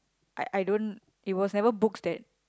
I I don't it was never books that